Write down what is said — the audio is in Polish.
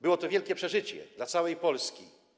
Było to wielkie przeżycie dla całej Polski.